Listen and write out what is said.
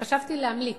חשבתי להמליץ,